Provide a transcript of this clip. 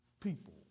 people